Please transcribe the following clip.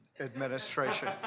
administration